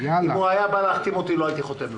אם הוא היה בא להחתים אותו לא הייתי חותם,